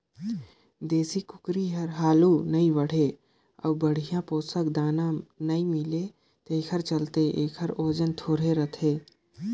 देसी कुकरी हर हालु नइ बाढ़े अउ बड़िहा पोसक दाना नइ मिले तेखर चलते एखर ओजन थोरहें रहथे